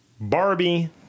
Barbie